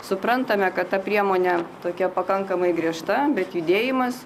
suprantame kad ta priemonė tokia pakankamai griežta bet judėjimas